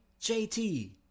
JT